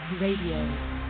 radio